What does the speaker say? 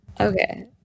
Okay